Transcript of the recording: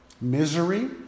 misery